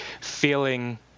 feeling